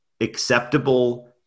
acceptable